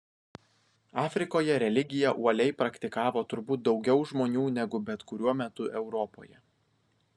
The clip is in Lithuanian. afrikoje religiją uoliai praktikavo turbūt daugiau žmonių negu bet kuriuo metu europoje